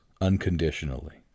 unconditionally